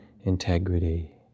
integrity